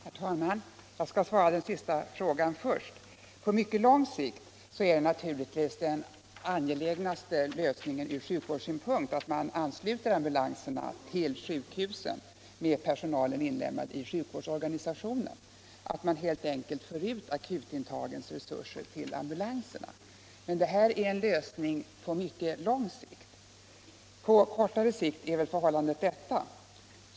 Herr talman! Jag skall besvara den sista frågan först. På mycket lång sikt är naturligtvis den bästa lösningen från sjukvårdssynpunkt att man ansluter ambulanserna till sjukhusen med personalen inlemmad i sjukvårdsorganisationen, att man helt enkelt för ut akutintagens resurser till ambulanserna. Men det är en lösning på mycket lång sikt. På kortare sikt är förhållandet annorlunda.